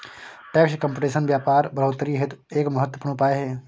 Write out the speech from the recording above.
tax competition व्यापार बढ़ोतरी हेतु एक महत्वपूर्ण उपाय है